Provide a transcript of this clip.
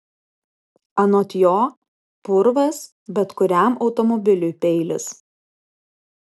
anot jo purvas bet kuriam automobiliui peilis